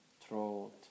throat